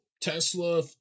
Tesla